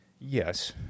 yes